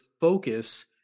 focus